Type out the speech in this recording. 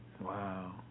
Wow